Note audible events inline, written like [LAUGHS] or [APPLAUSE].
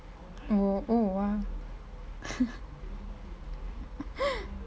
oh oh !wah! [LAUGHS]